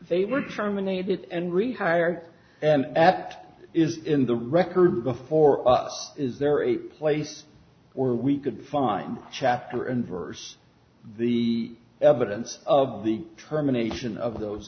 were terminated and rehired and that is in the record before us is there a place where we could find chapter and verse the evidence of the terminations of those